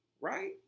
right